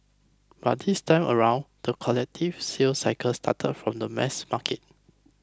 but this time around the collective sales cycle started from the mass market